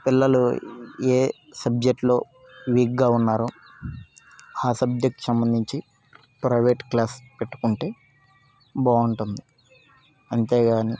పిల్లలు ఏ సబ్జెక్టులో వీక్గా ఉన్నారో ఆ సబ్జెక్టు సంబంధించి ప్రైవేట్ క్లాస్ పెట్టుకుంటే బాగుంటుంది అంతేగాని